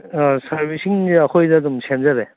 ꯑꯥ ꯁꯥꯔꯕꯤꯁꯤꯡꯁꯦ ꯑꯩꯈꯣꯏꯗ ꯑꯗꯨꯝ ꯁꯦꯝꯖꯔꯦ